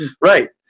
Right